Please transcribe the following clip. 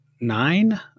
nine